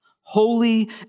holy